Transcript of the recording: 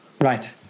right